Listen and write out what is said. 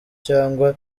cyangwa